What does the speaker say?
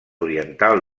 oriental